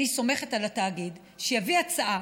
אני סומכת על התאגיד שיביא הצעה